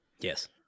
Yes